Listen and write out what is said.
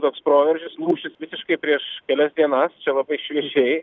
toks proveržis mūšis visiškai prieš kelias dienas čia labai šviežiai